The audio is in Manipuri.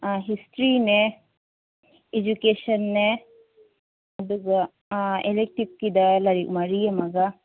ꯍꯤꯁꯇꯣꯔꯤꯅꯦ ꯏꯗꯨꯀꯦꯁꯟꯅꯦ ꯑꯗꯨꯒ ꯏꯂꯦꯛꯇꯤꯚꯀꯤꯗ ꯂꯥꯏꯔꯤꯛ ꯃꯔꯤ ꯑꯃꯒ